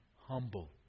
humble